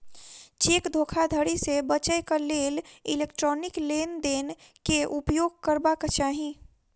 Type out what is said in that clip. cheque धोखाधड़ी से बचैक लेल इलेक्ट्रॉनिक लेन देन के उपयोग करबाक चाही